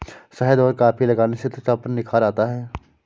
शहद और कॉफी लगाने से त्वचा पर निखार आता है